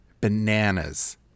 bananas